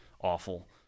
awful